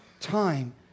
time